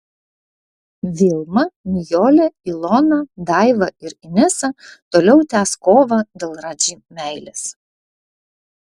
vilma nijolė ilona daiva ir inesa toliau tęs kovą dėl radži meilės